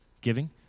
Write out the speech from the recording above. giving